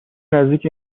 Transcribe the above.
نزدیک